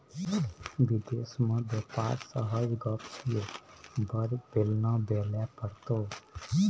विदेश मे बेपार सहज गप छियै बड़ बेलना बेलय पड़तौ